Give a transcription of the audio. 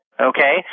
okay